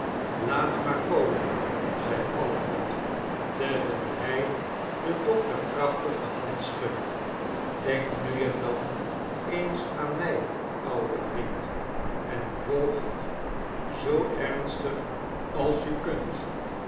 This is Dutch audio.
laat maar komen izei alfred terwijl hij den doctor krachtig de hand schudde deok nu en dan eens aan mij oude vriend en voogd zoo emstdg als u kunt